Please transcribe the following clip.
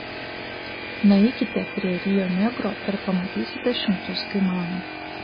nueikite prie rio negro ir pamatysite šimtus kaimanų